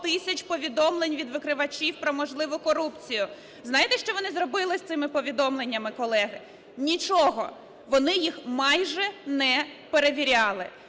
тисяч повідомлень від викривачів про можливу корупцію. Знаєте, що вони зробили з цими повідомленнями, колеги? Нічого. Вони їх майже не перевіряли.